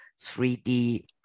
3D